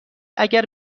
اگر